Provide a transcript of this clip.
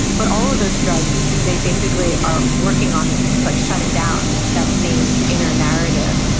but all of those drugs, they basically are working on this, like shutting down that same inner narrative.